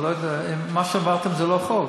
אני לא יודע, מה שהעברתם זה לא חוק.